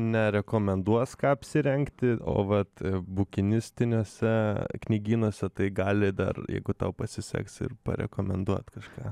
ne rekomenduos ką apsirengti o vat bukinistiniuose knygynuose tai gali dar jeigu tau pasiseks ir parekomenduot kažką